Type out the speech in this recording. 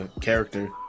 Character